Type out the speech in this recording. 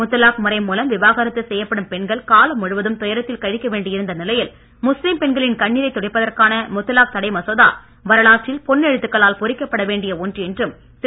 முத்தலாக் முறை மூலம் விவாகரத்து செய்யப்படும் பெண்கள் காலம் முழுவதும் துயரத்தில் கழிக்க வேண்டி இருந்த நிலையில் முஸ்லிம் பெண்களின் கண்ணீரை துடைப்பதற்கான பொன்னெழுத்துக்களால் பொறிக்கப்பட வேண்டிய ஒன்று என்றும் திரு